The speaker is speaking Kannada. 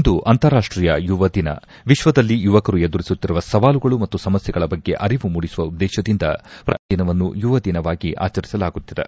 ಇಂದು ಅಂತಾರಾಷ್ಷೀಯ ಯುವ ದಿನ ವಿಶ್ವದಲ್ಲಿ ಯುವಕರು ಎದುರಿಸುತ್ತಿರುವ ಸವಾಲುಗಳು ಮತ್ತು ಸಮಸ್ಥೆಗಳ ಬಗ್ಗೆ ಅರಿವು ಮೂಡಿಸುವ ಉದ್ದೇಶದಿಂದ ಶ್ರತಿ ವರ್ಷ ಈ ದಿನವನ್ನು ಯುವ ದಿನವಾಗಿ ಆಚರಿಸಲಾಗುತ್ತಿದೆ